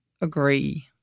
Agree